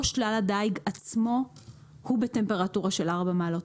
לא שלל הדיג עצמו הוא בטמפרטורה של 4 מעלות.